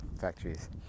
factories